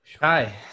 Hi